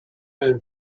ran